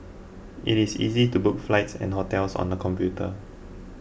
it is easy to book flights and hotels on the computer